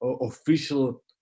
official